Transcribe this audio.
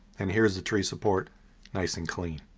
and here's the tree support nice and clean.